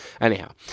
Anyhow